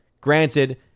Granted